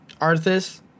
arthas